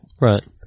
right